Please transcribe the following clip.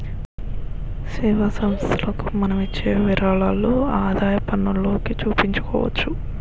సేవా సంస్థలకు మనం ఇచ్చే విరాళాలు ఆదాయపన్నులోకి చూపించుకోవచ్చు